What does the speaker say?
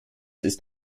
ist